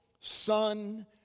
Son